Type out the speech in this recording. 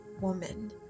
woman